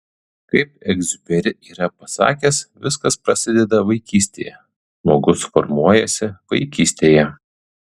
kaip egziuperi yra pasakęs viskas prasideda vaikystėje žmogus formuojasi vaikystėje